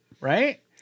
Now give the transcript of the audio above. right